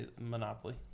Monopoly